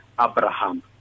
Abraham